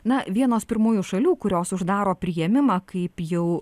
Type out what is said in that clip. na vienos pirmųjų šalių kurios uždaro priėmimą kaip jau